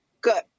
Good